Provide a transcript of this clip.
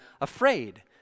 afraid